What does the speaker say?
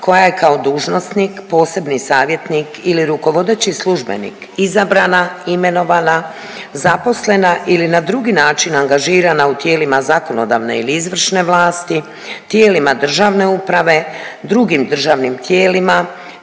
koja je kao dužnosnik, posebni savjetnik ili rukovodeći službenik izabrana, imenovana, zaposlena ili na drugi način angažirana u tijelima zakonodavne ili izvršne vlasti, tijelima državne uprave, drugim državnim tijelima,